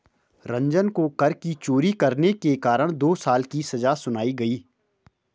रंजन को कर की चोरी करने के कारण दो साल की सजा सुनाई गई